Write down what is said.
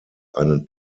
einen